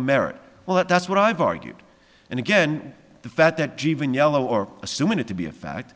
merit well that's what i've argued and again the fact that jeevan yellow or assuming it to be a fact